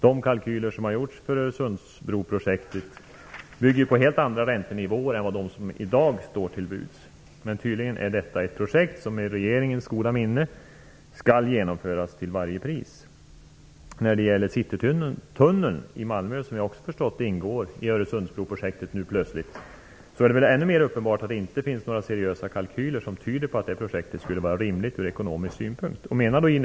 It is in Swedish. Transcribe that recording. De kalkyler som har gjorts för Öresundsbroprojektet bygger på helt andra räntenivåer än de som i dag står till buds. Tydligen är detta ett projekt som med regeringens goda minne till varje pris skall genomföras. Citytunneln i Malmö ingår plötsligt, såvitt jag förstår, i Öresundsbroprojektet. Då är det väl ännu mer uppenbart att det inte finns några seriösa kalkyler som tyder på att projektet från ekonomisk synpunkt skulle vara rimligt.